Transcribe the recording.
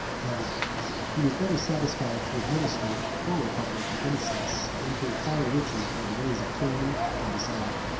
that he was better satisfied to administer a poor republic with innocence, than to acquire riches by the ways of tyranny and dishonor.